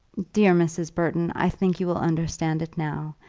dear mrs. burton, i think you will understand it now,